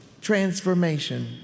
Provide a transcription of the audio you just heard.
transformation